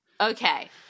Okay